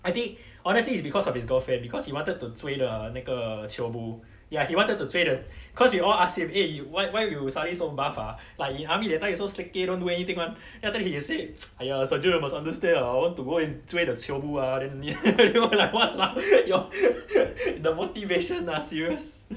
I think honestly it's because of his girlfriend because he wanted to 追 the 那个 chio bu ya he wanted to play the cause we all ask him eh you why why you suddenly so buff ah like in army that time you so slacky don't do anything [one] then after that he said !aiya! sergent must understand I want to go and 追 the chio bu ah then we were like !walao! your the motivation ah serious